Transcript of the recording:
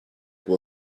will